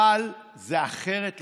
אבל זה אחרת לחלוטין.